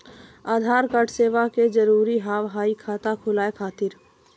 आधार कार्ड देवे के जरूरी हाव हई खाता खुलाए खातिर?